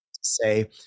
say